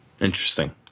Interesting